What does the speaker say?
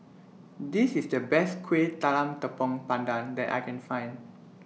This IS The Best Kuih Talam Tepong Pandan that I Can Find